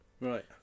Right